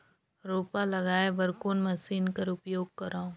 रोपा लगाय बर कोन मशीन कर उपयोग करव?